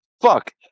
Fuck